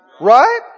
Right